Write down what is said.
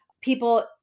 people